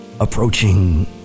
approaching